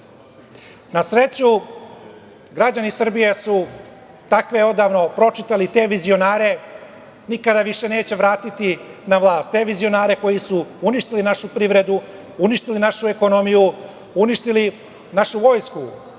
sreću, građani Srbije su takve odavno pročitali i te vizionare nikada više neće vratiti na vlast. Te vizionare koji su uništili našu privredu, uništili našu ekonomiju, uništili našu vojsku.